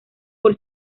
por